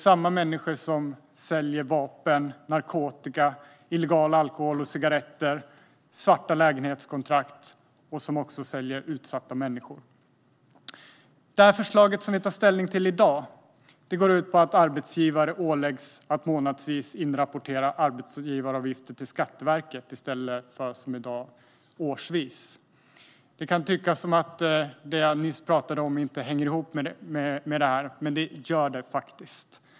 Samma människor som säljer vapen, narkotika, illegal alkohol, cigaretter och svarta lägenhetskontrakt säljer också utsatta människor. Förslaget som vi tar ställning till i dag går ut på att arbetsgivare åläggs att inrapportera arbetsgivaravgifter till Skatteverket månadsvis i stället för, som i dag, årsvis. Det kan tyckas som att det jag nyss talade om inte hänger ihop med detta, men det gör det faktiskt.